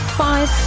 five